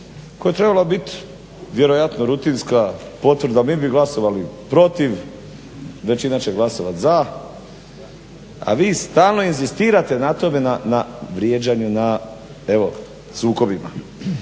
koja je trebala biti vjerojatno rutinska potvrda. Mi bi glasovali protiv, većina će glasovati za, a vi stalno inzistirate na vrijeđanju evo i na sukobima.